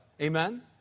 Amen